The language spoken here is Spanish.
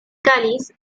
cáliz